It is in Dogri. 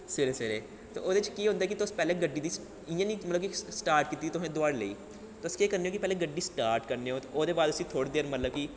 सवेरे सवेरे ते ओह्दे च केह् होंदा कि तुस पैह्लें गड्डी दी इ'यां निं स्टार्ट मतलब कि कीती तुसें दवाड़ी लेई तुस केह् करने ओ कि पैह्लें गड्डी स्टार्ट करने ओ ते ओह्दे बाद उसी थोह्ड़ी देर मतलब कि